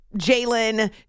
Jalen